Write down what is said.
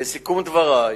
לסיכום דברי,